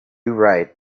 right